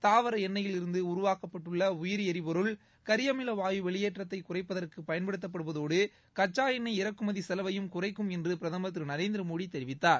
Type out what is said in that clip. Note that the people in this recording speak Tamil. தாவர எண்ணெயில் இருந்து உருவாக்கப்பட்டுள்ள உயிரி எரிபொருள் கரியமிலவாயு வெளியேற்றத்தை குறைப்பதற்கு பயன்படுவதோடு கச்சா எண்ணெய் இறக்குமதி செலவையும் குறைக்கும் என்று பிரதமா் திரு நரேந்திரமோடி தெரிவித்தார்